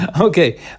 Okay